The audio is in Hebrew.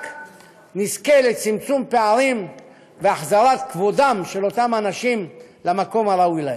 רק נזכה לצמצום פערים ולהחזרת כבודם של אותם אנשים למקום הראוי להם.